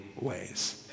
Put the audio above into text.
ways